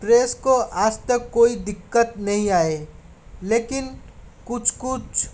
press को आज तक कोई दिक्कत नहीं आए लेकिन कुछ कुछ